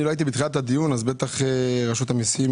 אני לא הייתי בתחילת הדיון, אז בטח רשות המיסים